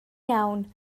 iawn